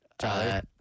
Tyler